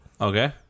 Okay